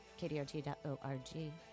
kdrt.org